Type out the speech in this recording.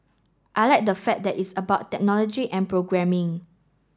I like the fact that it's about technology and programming